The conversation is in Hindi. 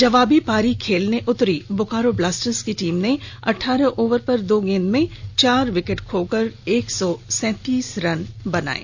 जवाबी पारी खेलने उतरी बोकारो ब्लास्टर्स की टीम ने अठारह ओवर दो गेंद में चार विकेट खोकर एक सौ सैतीस रन बना लिये